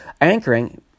anchoring